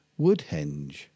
Woodhenge